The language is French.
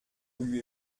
voulu